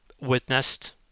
witnessed